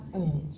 mm